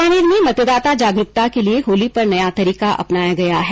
बीकानेर में मतदाता जागरूकता के लिए होली पर नया तरीका अपनाया गया है